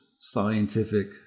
scientific